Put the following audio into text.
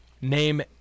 name